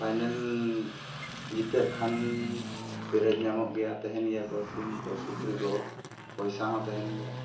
final ᱡᱤᱛᱟᱹᱜ ᱠᱷᱟᱱ ᱯᱮᱨᱟᱡᱽ ᱧᱟᱢᱚᱜ ᱜᱮᱭᱟ ᱛᱟᱦᱮᱱ ᱜᱮᱭᱟ ᱠᱚ ᱥᱤᱢ ᱠᱚ ᱥᱩᱠᱨᱤ ᱠᱚ ᱯᱚᱭᱥᱟ ᱦᱚᱸ ᱛᱟᱦᱮᱱ ᱜᱮᱭᱟ